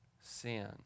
sin